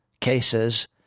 cases